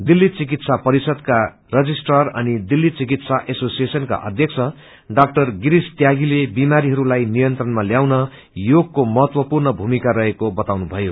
दिल्ली चिकित्सा परिषदका रजिष्टर अनि दिल्ली चिकित्सा उसोसिएशनका अध्यक्ष ड्रा गिरीश तयागीले बिमारीहरूलाई नियंत्रणमा ताउन योगको महतवपूर्ण भूमिका रहेको बताउनुभयो